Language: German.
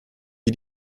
wie